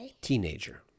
Teenager